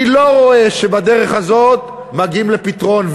אני לא רואה שבדרך הזאת מגיעים לפתרון,